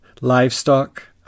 livestock